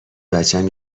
بچم